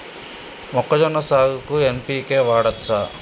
మొక్కజొన్న సాగుకు ఎన్.పి.కే వాడచ్చా?